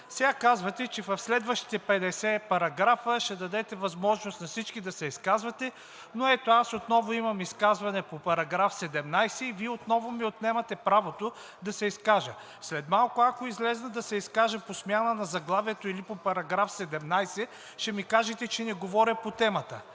Сега казвате, че в следващите 50 параграфа ще дадете възможност на всички да се изкажат, но ето, аз отново имам изказване по § 17 и Вие отново ми отнемате правото да се изкажа. След малко, ако изляза да се изкажа по смяна на заглавието или по §17, ще ми кажете, че не говоря по темата.